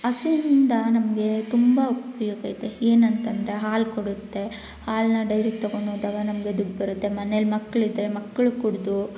ಹಸುನಿಂದ ನಮಗೆ ತುಂಬ ಉಪಯೋಗ ಇದೆ ಏನಂತಂದರೆ ಹಾಲು ಕೊಡುತ್ತೆ ಹಾಲನ್ನ ಡೈರಿಗೆ ತಗೊಂಡೋದಾಗ ನಮಗೆ ದುಡ್ಡು ಬರುತ್ತೆ ಮನೆಯಲ್ ಮಕ್ಕಳಿದ್ರೆ ಮಕ್ಳು ಕುಡಿದು